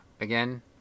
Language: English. Again